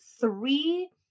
three